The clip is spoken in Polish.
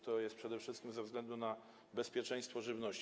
To jest przede wszystkim ze względu na bezpieczeństwo żywności.